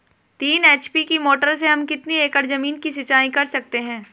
तीन एच.पी की मोटर से हम कितनी एकड़ ज़मीन की सिंचाई कर सकते हैं?